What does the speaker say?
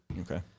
Okay